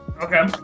Okay